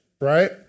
right